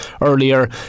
earlier